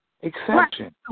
Exception